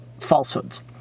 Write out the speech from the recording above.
falsehoods